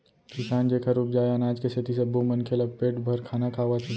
किसान जेखर उपजाए अनाज के सेती सब्बो मनखे ल पेट भर खाना खावत हे